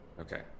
Okay